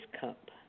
cup